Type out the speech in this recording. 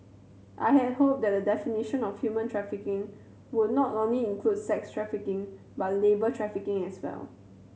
I had hoped that the definition of human trafficking would not only include sex trafficking but labour trafficking as well